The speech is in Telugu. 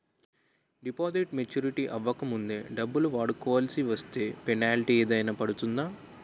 డిపాజిట్ మెచ్యూరిటీ అవ్వక ముందే డబ్బులు వాడుకొవాల్సి వస్తే పెనాల్టీ ఏదైనా పడుతుందా?